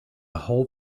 whole